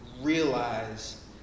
realize